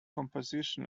composition